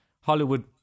hollywood